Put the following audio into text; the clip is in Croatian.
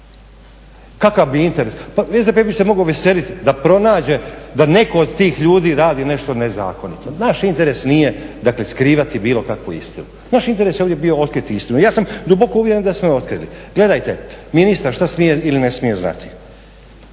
Kakav bi interes? Pa SDP bi se mogao veseliti da pronađe da netko od tih ljudi radi nešto nezakonito. Naš interes nije, dakle skrivati bilo kakvu istinu. Naš interes je uvijek bio otkriti istinu. I ja sam duboko uvjeren da smo je otkrili. Gledajte, ministar šta smije ili ne smije znati.